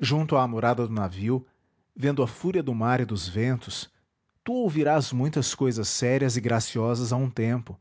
junto à amurada do navio vendo a fúria do mar e dos ventos tu ouvirás muitas cousas sérias e graciosas a um tempo